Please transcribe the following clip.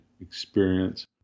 experience